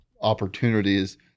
opportunities